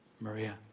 Maria